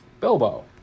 Bilbo